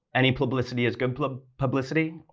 any publicity is good publicity?